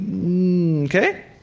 okay